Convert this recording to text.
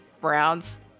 Brown's